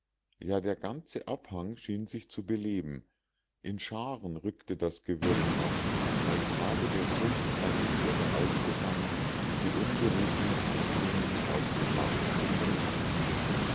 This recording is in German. ja der ganze abhang schien sich zu beleben in scharen rückte das gewürm an als habe der sumpf seine heere ausgesandt die unberufenen eindringlinge auf dem mars zu vernichten